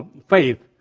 faith,